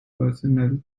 personnel